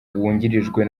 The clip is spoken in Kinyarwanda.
wungirijwe